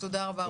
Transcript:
תודה רבה.